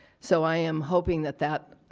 so i am hoping that that,